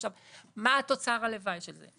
מה תוצר הלוואי של זה?